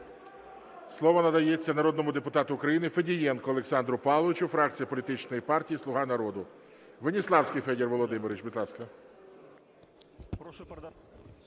Слово надається народному депутату України Федієнку Олександру Павловичу, фракція політичної партії "Слуга народу". Веніславський Федір Володимирович, будь ласка.